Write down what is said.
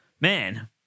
Man